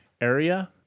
area